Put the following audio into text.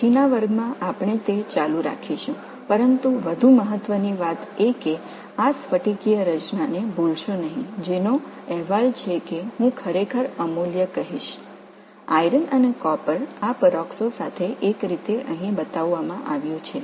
அடுத்த வகுப்பில் நாங்கள் அதைத் தொடருவோம் ஆனால் மிக முக்கியமாக இந்த படிக அமைப்பை மறந்துவிடாதீர்கள் இது மிகவும் விலைமதிப்பற்றது என்று நான் கூறுவேன் இங்கு இரும்பு மற்றும் காப்பர் இந்த பெராக்சோவுடன் இணைக்கப்பட்டுள்ளது